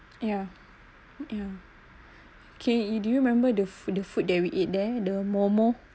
ya ya okay do you remember the food the food that we eat there the momo